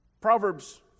Proverbs